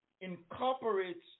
incorporates